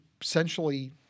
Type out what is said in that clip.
essentially